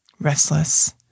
Restless